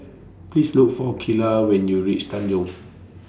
Please Look For Kylah when YOU REACH Tanjong